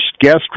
guest